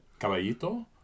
caballito